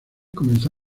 comenzó